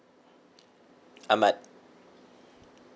ahmad